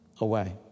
away